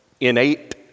innate